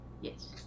Yes